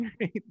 right